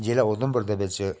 जि'ला उधमपुर दे बिच्च